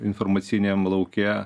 informaciniam lauke